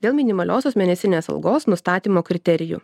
dėl minimaliosios mėnesinės algos nustatymo kriterijų